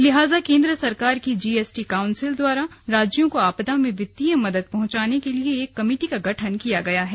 लिहाजा केन्द्र सरकार की जीएसटी काउसिल द्वारा राज्यों को आपदा में वित्तीय मदद पहुंचाने के लिये एक कमेटी का गठन किया गया है